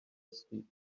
asleep